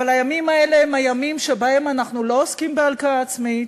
אבל הימים האלה הם הימים שבהם אנחנו לא עוסקים בהלקאה עצמית,